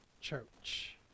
church